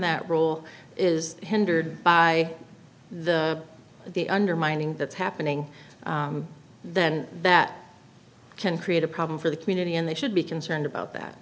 that role is hindered by the the undermining that's happening then that can create a problem for the community and they should be concerned about that